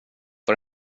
för